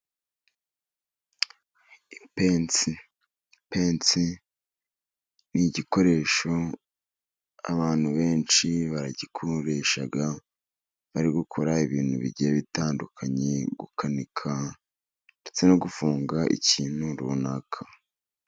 Ipensi, ipensi ni igikoresho abantu benshi baragikoresha ,bari gukora ibintu bigiye bitandukanye ,gukanika ndetse no gufunga ikintu runaka.